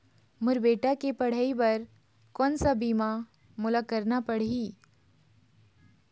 मोर बेटा के पढ़ई बर कोन सा बीमा मोला करना पढ़ही?